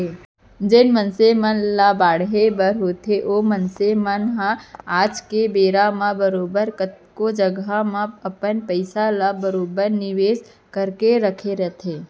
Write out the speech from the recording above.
जेन मनसे मन ल बाढ़े बर होथे ओ मनसे मन ह आज के बेरा म बरोबर कतको जघा म अपन पइसा ल बरोबर निवेस करके राखथें